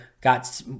got